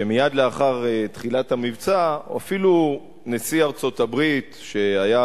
כשמייד לאחר תחילת המבצע אפילו נשיא ארצות-הברית שהיה